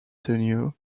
tenure